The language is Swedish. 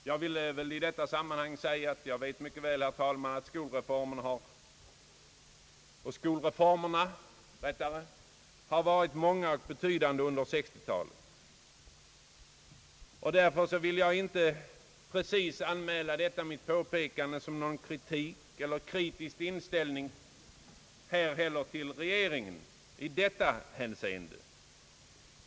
Jag vill även i detta sammanhang säga, att jag mycket väl vet, herr talman, att skolreformerna varit många och betydande under 1960-talet, och jag vill därför inte precis att mitt påpekande skall uppfattas som någon kritik mot regeringen i detta hänseende.